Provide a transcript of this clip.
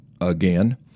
again